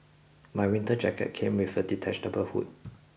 my winter jacket came with a detachable hood